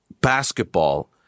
basketball